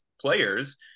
players